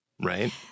right